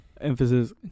Emphasis